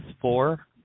four